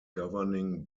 governing